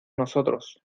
nosotros